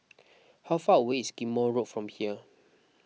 how far away is Ghim Moh Road from here